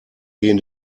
gehen